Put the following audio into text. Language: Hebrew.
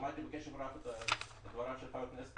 שמעתי בקשב רב את דבריו של חבר הכנסת